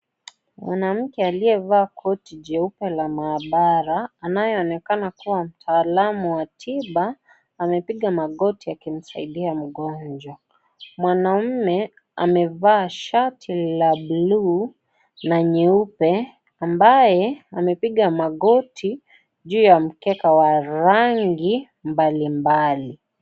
Mwanamke aliyavaa koti jeupe la maabara anayeonekana kuwa mtaalamu wa tiba amepiga magoti akimsaidia mgonjwa mwanaume amevaa shati la bluu na nyeupe ambaye amepiga magoti juu ya mkeka wa rangi mbalimbali.